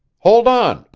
hold on,